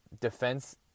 Defense